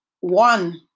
one